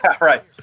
right